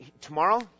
tomorrow